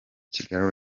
kigali